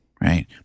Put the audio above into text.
right